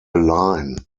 line